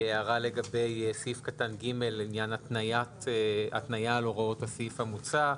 הערה לגבי סעיף קטן (ג) לעניין התניה על הוראות הסעיף המוצע,